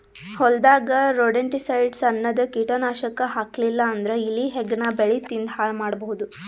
ಹೊಲದಾಗ್ ರೊಡೆಂಟಿಸೈಡ್ಸ್ ಅನ್ನದ್ ಕೀಟನಾಶಕ್ ಹಾಕ್ಲಿಲ್ಲಾ ಅಂದ್ರ ಇಲಿ ಹೆಗ್ಗಣ ಬೆಳಿ ತಿಂದ್ ಹಾಳ್ ಮಾಡಬಹುದ್